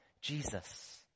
Jesus